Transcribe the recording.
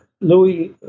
Louis